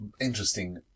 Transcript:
interesting